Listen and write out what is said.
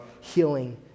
healing